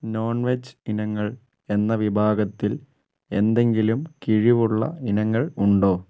non veg ഇനങ്ങൾ എന്ന വിഭാഗത്തിൽ എന്തെങ്കിലും കിഴിവുള്ള ഇനങ്ങൾ ഉണ്ടോ